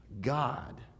God